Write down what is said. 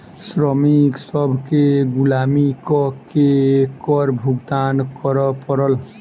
श्रमिक सभ केँ गुलामी कअ के कर भुगतान करअ पड़ल